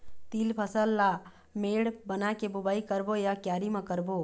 तील फसल ला मेड़ बना के बुआई करबो या क्यारी म करबो?